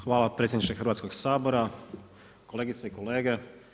Hvala predsjedniče Hrvatskog sabora, kolegice i kolege.